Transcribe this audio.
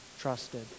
trusted